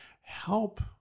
help